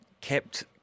kept